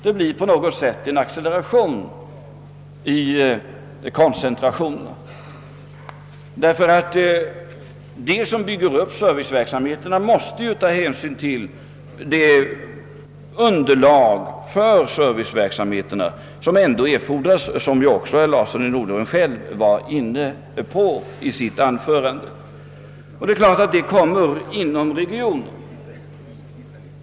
Det blir på något sätt en acceleration i koncentrationen, eftersom de som bygger upp serviceverksamheterna måste ta hänsyn till det underlag för dessa som erfordras, vilket herr Larsson i Norderön själv berörde i sitt anförande.